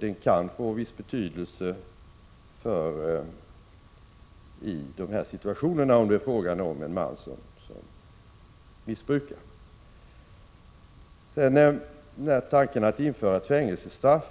Den kan få viss betydelse i dessa situationer om det är fråga om en man som missbrukar. Tanken att införa fängelsestraff